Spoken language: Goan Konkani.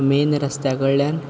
मेन रस्त्या कडल्यान